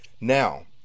now